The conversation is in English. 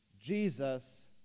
Jesus